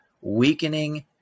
weakening